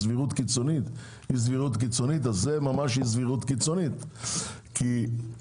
סבירות קיצונית היא סבירות קיצונית, אז